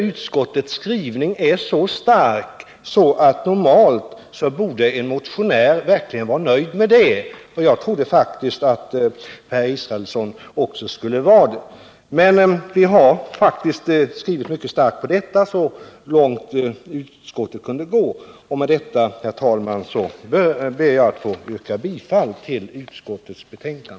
Utskottsskrivningen är så stark att en motionär normalt sett verkligen borde vara nöjd med den, och det trodde jag också Per Israelsson skulle vara. Vi har faktiskt skrivit mycket starkt i det här aktuella avseendet och gått motionärerna till mötes så långt utskottet förmått. Med detta, herr talman, ber jag att få yrka bifall till utskottets hemställan.